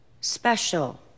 special